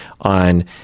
on